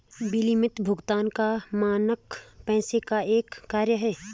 विलम्बित भुगतान का मानक पैसे का एक कार्य है